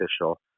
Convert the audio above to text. official